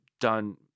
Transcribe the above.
done